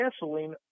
gasoline